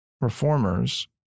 reformers